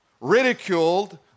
ridiculed